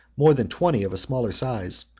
more than twenty of a smaller size,